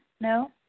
No